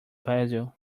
basil